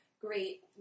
Great